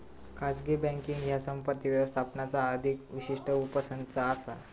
खाजगी बँकींग ह्या संपत्ती व्यवस्थापनाचा अधिक विशिष्ट उपसंच असा